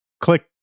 click